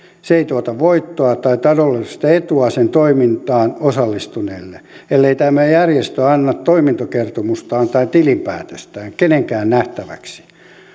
se ei tuota voittoa tai taloudellista etua sen toimintaan osallistuneille ellei tämä järjestö anna toimintakertomustaan tai tilinpäätöstään kenenkään nähtäväksi